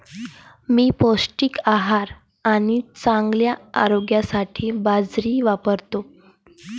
मी पौष्टिक आहार आणि चांगल्या आरोग्यासाठी बाजरी वापरतो